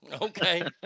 Okay